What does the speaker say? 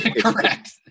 correct